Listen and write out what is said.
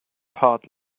part